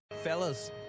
Fellas